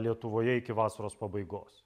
lietuvoje iki vasaros pabaigos